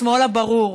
השמאל הברור,